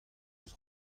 eus